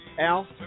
Al